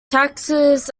taxes